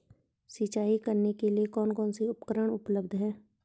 सिंचाई करने के लिए कौन कौन से उपकरण उपलब्ध हैं?